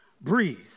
breathe